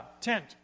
Tent